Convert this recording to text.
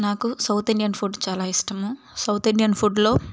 నాకు south Indian food చాలా ఇష్టము సౌత్ ఇండియన్ ఫుడ్లో